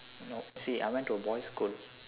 no see I went to a boys school